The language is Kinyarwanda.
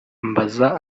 mbaza